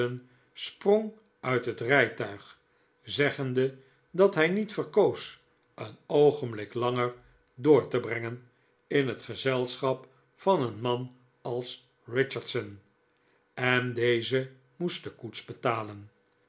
sprong uit het rijtuig zeggende dat hij niet verkoos een oogenblik langer door te brengen in het gezelschap van een man als richardson en deze moest de koets betalen